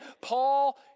Paul